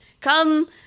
Come